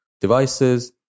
devices